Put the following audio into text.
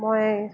মই